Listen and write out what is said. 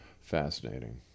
Fascinating